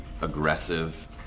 aggressive